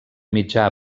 mitjà